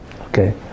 Okay